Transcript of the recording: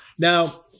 Now